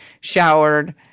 showered